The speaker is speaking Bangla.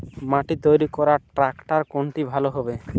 মাটি তৈরি করার ট্রাক্টর কোনটা ভালো হবে?